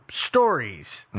stories